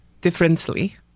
differently